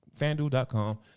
Fanduel.com